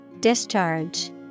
Discharge